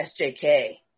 SJK